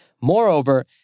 Moreover